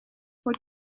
what